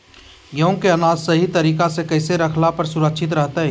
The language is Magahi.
गेहूं के अनाज सही तरीका से कैसे रखला पर सुरक्षित रहतय?